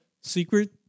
Secret